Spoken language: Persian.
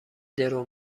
درو